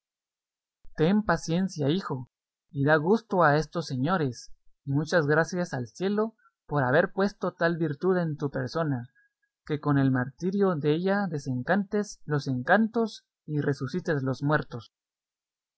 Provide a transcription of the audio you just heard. ten paciencia hijo y da gusto a estos señores y muchas gracias al cielo por haber puesto tal virtud en tu persona que con el martirio della desencantes los encantados y resucites los muertos